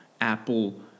Apple